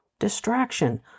Distraction